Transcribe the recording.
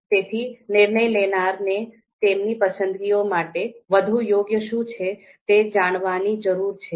તેથી નિર્ણય લેનારને તેમની પસંદગીઓ માટે વધુ યોગ્ય શું છે તે જાણવાની જરૂર છે